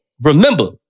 Remember